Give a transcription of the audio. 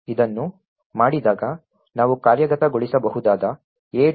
ಇದನ್ನು ಮಾಡಿದಾಗ ನಾವು ಕಾರ್ಯಗತಗೊಳಿಸಬಹುದಾದ a